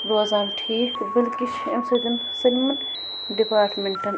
روزان ٹھیٖک بلکہِ چھِ أمۍ سۭتۍ سٲلِمَن ڈِپاٹمنٛٹَن